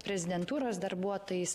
prezidentūros darbuotojais